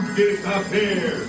disappear